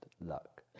luck